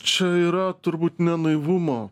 čia yra turbūt ne naivumo